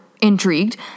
intrigued